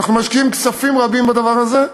אנחנו משקיעים כספים רבים בדבר הזה.